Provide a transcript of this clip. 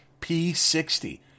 P60